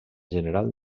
general